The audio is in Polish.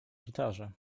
gitarze